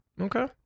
Okay